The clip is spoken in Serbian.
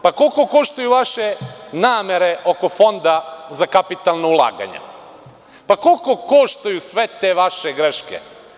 Pa, koliko koštaju vaše namere oko Fonda za kapitalno ulaganje pa, koliko koštaju sve te vaše greške?